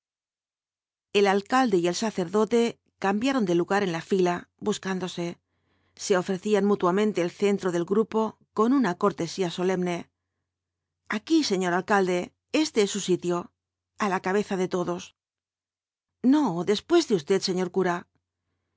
el alcalde y el sacerdote cambiaron de lugar en la fila buscándose se ofrecían mutuamente el centro del grupo con una cortesía solemne aquí señor alcalde este es su sitio á la cabeza de todos no después de usted señor cura